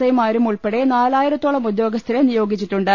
ഐമാരും ഉൾപ്പെടെ നാലായിരത്തോളം ഉദ്യോ ഗസ്ഥരെ നിയോഗിച്ചിട്ടുണ്ട്